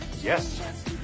Yes